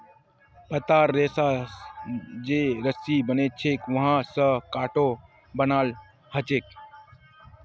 पत्तार रेशा स जे रस्सी बनछेक वहा स खाटो बनाल जाछेक